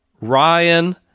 Ryan